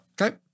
Okay